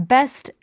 Best